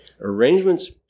Arrangements